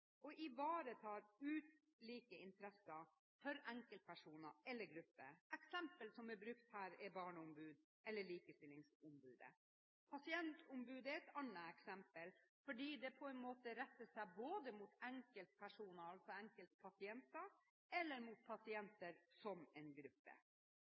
ivaretar ulike interesser for enkeltpersoner eller grupper. Eksempler som er brukt her, er barneombudet eller likestillingsombudet. Pasientombudet er et annet eksempel, fordi det på en måte retter seg både mot enkeltpersoner – altså enkeltpasienter – og mot